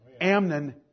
Amnon